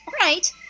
Right